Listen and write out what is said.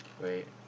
wait